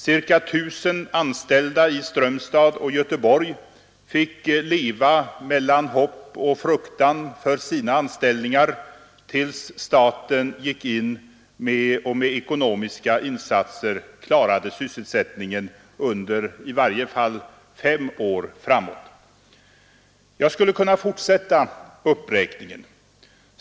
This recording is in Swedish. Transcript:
Ca 1 000 anställda i Strömstad och Göteborg fick leva mellan hopp och fruktan för sina anställningar, tills staten gick in och med ekonomiska insatser klarade sysselsättningen under i varje fall fem år framåt. Jag skulle kunna fortsätta uppräkningen.